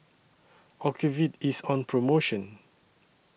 Ocuvite IS on promotion